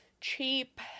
cheap